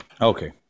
Okay